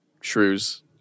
shrews